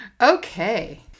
Okay